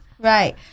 Right